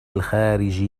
الخارج